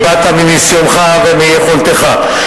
והבעת מניסיונך ומיכולתך,